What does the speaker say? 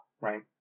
right